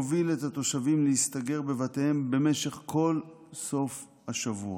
הוביל את התושבים להסתגר בבתיהם במשך כל סוף השבוע,